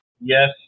yes